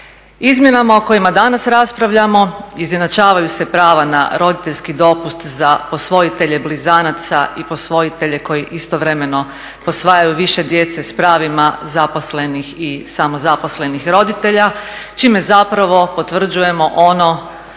Izmjenama o kojima danas raspravljamo izjednačavaju se prava na roditeljski dopust za posvojitelje blizanaca i posvojitelje koji istovremeno posvajaju više djece s pravima zaposlenih i samozaposlenih roditelja čime potvrđujemo ono